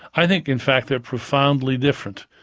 i think in fact they're profoundly different,